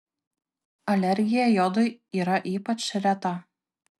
alergija jodui yra ypač reta